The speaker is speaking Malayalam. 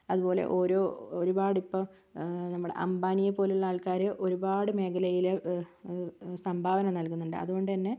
അത് പോലെ ഓരോ ഒരുപാട് ഇപ്പം നമ്മുടെ അംബാനിയെ പോലുള്ള ആൾക്കാര് ഒരുപാട് മേഖലയില് സംഭാവന നൽകുന്നുണ്ട് അത്കൊണ്ട്തന്നെ